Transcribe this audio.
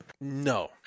No